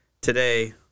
today